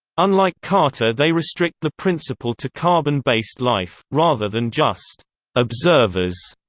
unlike carter they restrict the principle to carbon-based life, rather than just observers.